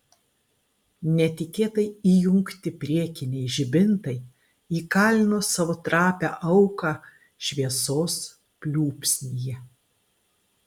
netikėtai įjungti priekiniai žibintai įkalino savo trapią auką šviesos pliūpsnyje